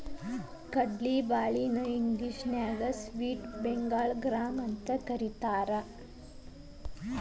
ಕಡ್ಲಿ ಬ್ಯಾಳಿ ನ ಇಂಗ್ಲೇಷನ್ಯಾಗ ಸ್ಪ್ಲಿಟ್ ಬೆಂಗಾಳ್ ಗ್ರಾಂ ಅಂತಕರೇತಾರ